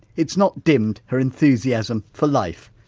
it's not dimmed her enthusiasm for life,